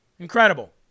Incredible